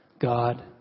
God